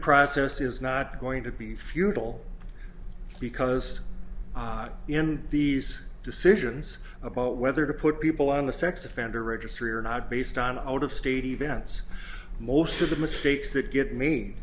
process is not going to be futile because in these decisions about whether to put people on the sex offender registry or not based on out of state events most of the mistakes that get me